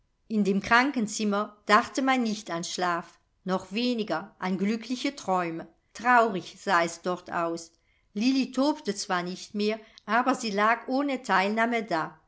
in dem krankenzimmer dachte man nicht an schlaf noch weniger an glückliche träume traurig sah es dort aus lilli tobte zwar nicht mehr aber sie lag ohne teilnahme da